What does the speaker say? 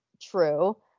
true